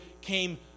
came